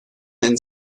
and